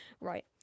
Right